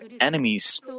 enemies